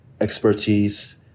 expertise